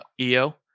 Eo